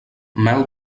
mel